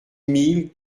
mille